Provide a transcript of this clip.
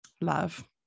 love